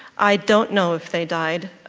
i don't know if they died,